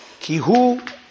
kihu